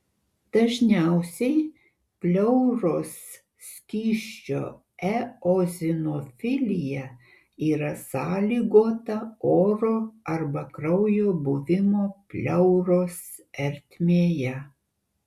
dažniausiai pleuros skysčio eozinofilija yra sąlygota oro arba kraujo buvimo pleuros ertmėje